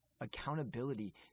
accountability